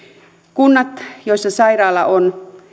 kunnat joissa sairaala on